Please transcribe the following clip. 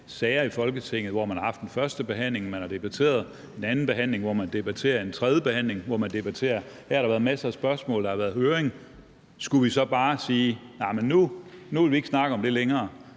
sager i Folketinget, hvor man har haft en førstebehandling, hvor man har debatteret; en andenbehandling, hvor man debatterer; og en tredjebehandling, hvor man debatterer? Her har der været masser af spørgsmål, og der har været høring. Skulle vi så bare sige, at nej, nu vil vi ikke snakke om den sag længere,